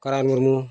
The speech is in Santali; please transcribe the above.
ᱠᱟᱨᱟᱨ ᱢᱩᱨᱢᱩ